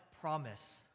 promise